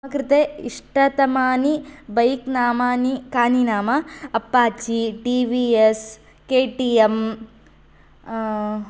मम कृते इष्टतमानि बैक् नामानि कानि नाम अप्पाचि टिवियस् केटियम्